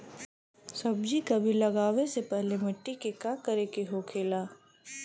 सब्जी कभी लगाओ से पहले मिट्टी के का करे के होखे ला?